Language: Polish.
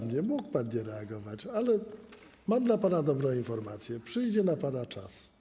Mógł pan nie reagować, ale mam dla pana dobrą informację: przyjdzie na pana czas.